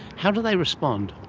how do they respond?